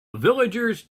villagers